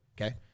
Okay